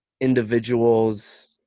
individuals